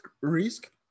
risk